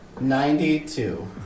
Ninety-two